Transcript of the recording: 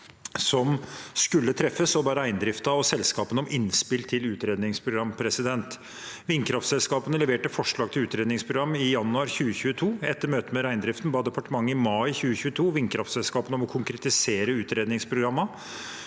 som skulle treffes, og ba reindriften og selskapene om innspill til utredningsprogram. Vindkraftselskapene leverte forslag til utredningsprogram i januar 2022. Etter møtet med reindriften ba departementet i mai 2022 vindkraftselskapene om å konkretisere utredningsprogrammene.